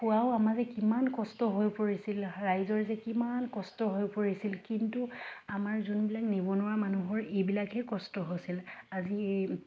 কোৱাও আমাৰজে কিমান কষ্ট হৈ পৰিছিল ৰাইজৰ যে কিমান কষ্ট হৈ পৰিছিল কিন্তু আমাৰ যোনবিলাক নিবনুৱা মানুহৰ এইবিলাকহে কষ্ট হৈছিল আজি